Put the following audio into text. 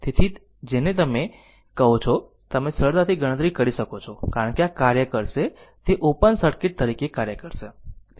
તેથી અને તમે જેને કહો છો તમે સરળતાથી ગણતરી કરી શકો છો કારણ કે આ કાર્ય કરશે તે ઓપન સર્કિટ તરીકે કાર્ય કરશે